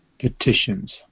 petitions